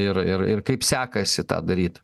ir ir ir kaip sekasi tą daryt